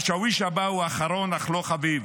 השאוויש הבא הוא אחרון אך לא חביב.